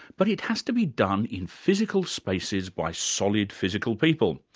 but it has to be done in physical spaces by solid, physical people.